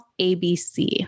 ABC